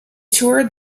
toured